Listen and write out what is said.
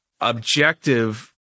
objective